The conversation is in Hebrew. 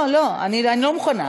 לא, לא, אני לא מוכנה.